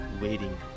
waiting